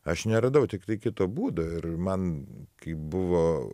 aš neradau tiktai kito būdo ir man kai buvo